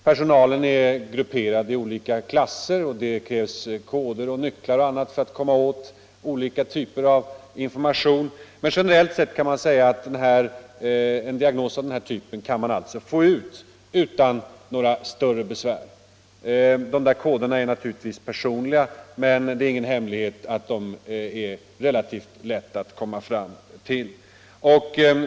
Personalen är grupperad i olika klasser, och det krävs koder, nycklar och annat för att komma åt olika typer av information. Men en diagnos som den jag nyss nämnde kan man alltså få fram utan några större besvär. Koderna är naturligtvis personliga, men det är ingen hemlighet att det är relativt lätt att tyda dem.